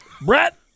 Brett